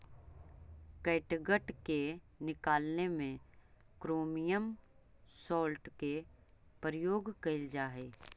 catgut के निकालने में क्रोमियम सॉल्ट के प्रयोग कइल जा हई